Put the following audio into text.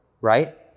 right